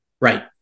right